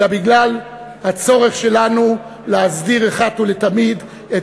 אלא בגלל הצורך שלנו להסדיר אחת ולתמיד את